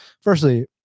firstly